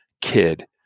kid